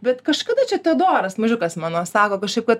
bet kažkada čia teodoras mažiukas mano sako kažkaip kad